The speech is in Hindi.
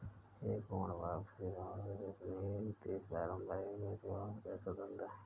एक पूर्ण वापसी रणनीति पारंपरिक बेंचमार्क से स्वतंत्र हैं